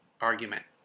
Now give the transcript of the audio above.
argument